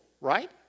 right